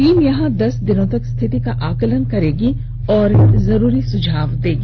team यहां दस दिनों तक स्थिति का आकलन करेगी और जरूरी सुझाव देगी